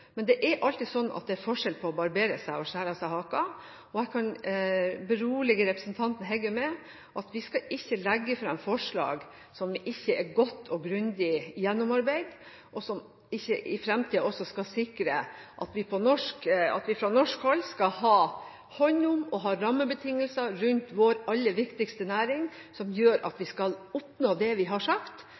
Men det er alltid slik at det er forskjell på å barbere seg og å skjære av seg haka. Jeg kan berolige representanten Heggø med at vi skal ikke legge fram forslag som ikke er godt og grundig gjennomarbeidet, og som ikke også i fremtiden skal sikre at vi fra norsk hold skal ha hånd om og ha rammebetingelser rundt vår aller viktigste næring som gjør at vi skal oppnå det vi har sagt,